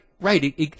right